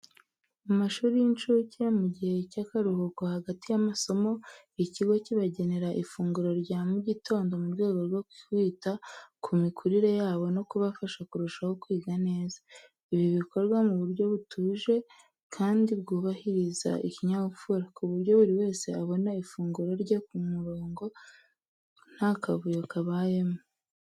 Mu mashuri y’incuke, mu gihe cy’akaruhuko hagati y’amasomo, ikigo kibagenera ifunguro rya mu gitondo mu rwego rwo kwita ku mikurire yabo no kubafasha kurushaho kwiga neza. Ibi bikorwa mu buryo butuje kandi bwubahiriza ikinyabupfura, ku buryo buri wese abona ifunguro rye ku murongo, nta kavuyo kabayemo.